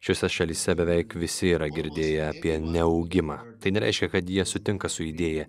šiose šalyse beveik visi yra girdėję apie neaugimą tai nereiškia kad jie sutinka su idėja